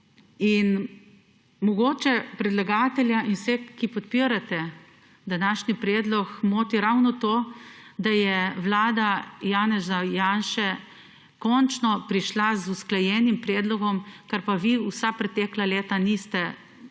Mogoče predlagatelja in vse, ki podpirate današnji predlog moti ravnoto, da je Vlada Janeza Janše končno prišla z usklajenim predlogom, kar pa vi v vsa pretekla leta niste uspeli